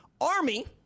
Army